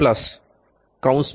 R L